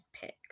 pick